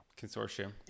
Consortium